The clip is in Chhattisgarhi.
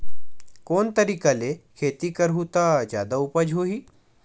कोन तरीका ले खेती करहु त जादा उपज होही?